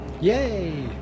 Yay